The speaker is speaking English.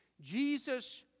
Jesus